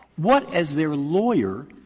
what, as their lawyer,